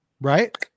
right